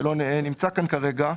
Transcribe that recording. שלא נמצא כאן כרגע,